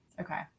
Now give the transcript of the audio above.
Okay